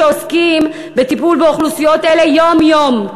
שעוסקים בטיפול באוכלוסיות האלה יום-יום.